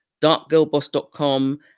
darkgirlboss.com